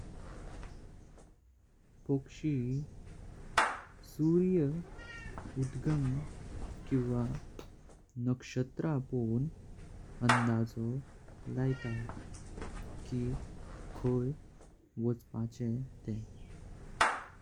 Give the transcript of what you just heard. पक्षी सूर्य उदय किंवा नक्षत्र पोवण अंदाजो लयता की खाय वाचोपाचें तेह।